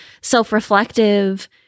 self-reflective